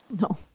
No